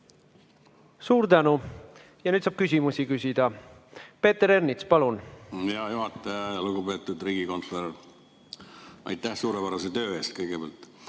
Suur tänu! Nüüd saab küsimusi küsida. Peeter Ernits, palun! Hea juhataja! Lugupeetud riigikontrolör! Aitäh suurepärase töö eest kõigepealt!